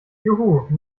juhu